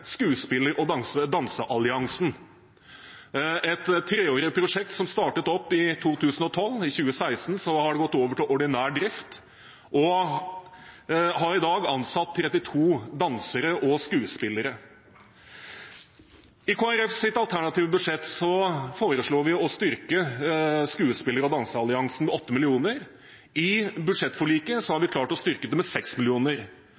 Skuespiller- og danseralliansen – et treårig prosjekt som startet opp i 2012. I 2016 har det gått over til ordinær drift og har i dag ansatt 32 dansere og skuespillere. I Kristelig Folkepartis alternative budsjett foreslo vi å styrke Skuespiller- og danseralliansen med 8 mill. kr. I budsjettforliket har